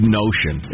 notion